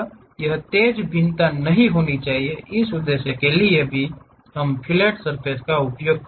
यह तेज भिन्नता नहीं होनी चाहिए इस उद्देश्य के लिए भी हम फिलेट सर्फ़ेस का उपयोग करते हैं